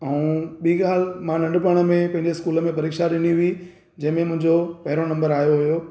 ऐं ॿी ॻाल्हि मां नंढपिण में पंहिंजे स्कूल में परिक्षा ॾिनी हुई जंहिंमें मुंहिंजो पहरियों नंबर आयो हुयो